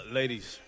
ladies